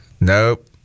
Nope